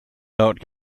note